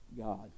God